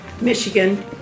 Michigan